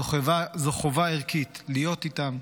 זו חובה ערכית להיות איתם,